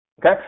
okay